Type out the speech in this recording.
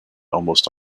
almost